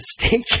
mistake